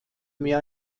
mehr